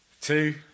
Two